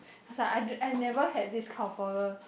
I was like I I never had this kind of problem